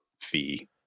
fee